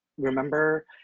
remember